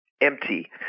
empty